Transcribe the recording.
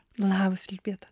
labas elžbieta